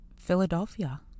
Philadelphia